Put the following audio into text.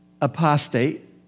apostate